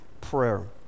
prayer